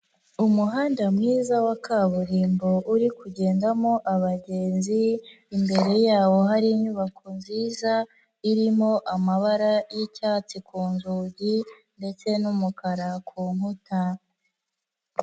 Umuhanda mwiza wa kaburimbo uri kugendamo abagenzi, imbere yawo hari inyubako nziza, irimo amabara y'icyatsi ku nzugi ndetse n'umukara ku nkuta.